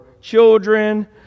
children